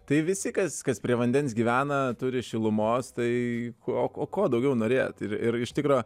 tai visi kas kas prie vandens gyvena turi šilumos tai ko o ko daugiau norėti ir iš tikro